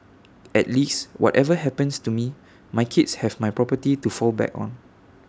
at least whatever happens to me my kids have my property to fall back on